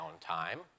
time